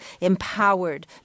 empowered